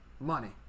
Money